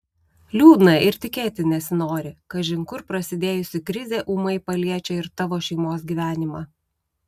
liūdna ir tikėti nesinori kažin kur prasidėjusi krizė ūmai paliečia ir tavo šeimos gyvenimą